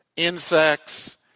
insects